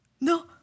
No